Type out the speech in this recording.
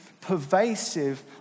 pervasive